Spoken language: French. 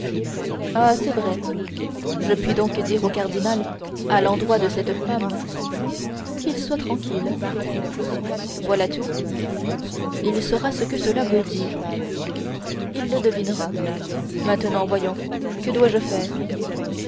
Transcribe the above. ah c'est vrai je puis donc dire au cardinal à l'endroit de cette femme qu'il soit tranquille voilà tout il saura ce que cela veut dire il le devinera maintenant voyons que dois-je faire